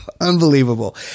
unbelievable